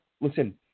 Listen